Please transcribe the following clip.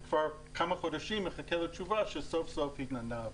כבר כמה חודשים אני מחכה לתשובה וסוף סוף היא ניתנה הבוקר.